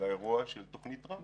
באירוע של תוכנית טראמפ.